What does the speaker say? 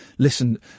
Listen